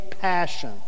passion